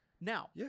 Now